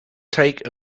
take